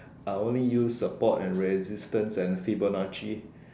I only use support and resistance and Fibonacci